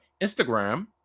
Instagram